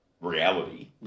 reality